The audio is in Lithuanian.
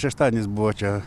šeštadienis buvo čia